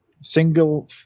single